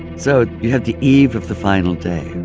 so you have the eve of the final day,